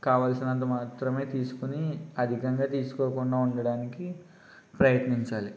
కావలసినంత మాత్రమే తీసుకొని అధికంగా తీసుకోకుండా ఉండడానికి ప్రయత్నించాలి